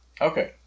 Okay